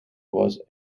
was